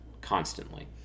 constantly